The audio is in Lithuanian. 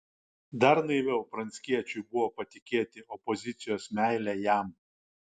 dar naiviau pranckiečiui buvo patikėti opozicijos meile jam